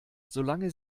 solange